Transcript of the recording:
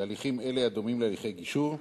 בהליכים אלה, הדומים להליכי גישור,